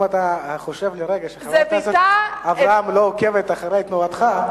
אם אתה חושב לרגע שחברת הכנסת אברהם לא עוקבת אחרי תנועותיך,